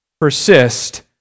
persist